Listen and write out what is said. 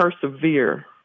persevere